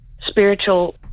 spiritual